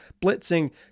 blitzing